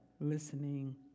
listening